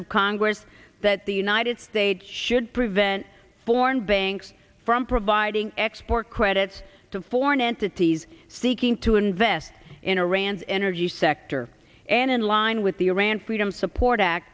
of congress that the united states should prevent foreign banks from providing export credits to foreign entities seeking to invest in iran's energy sector and in line with the iran freedom support act